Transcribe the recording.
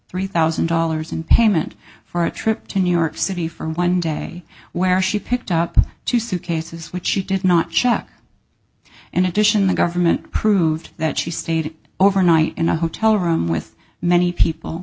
three thousand dollars in payment for a trip to new york city for one day where she picked up two suitcases which she did not check in addition the government proved that she stayed overnight in a hotel room with many people